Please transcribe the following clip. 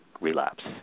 relapse